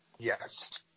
Yes